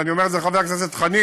ואני אומר את זה לחבר הכנסת חנין,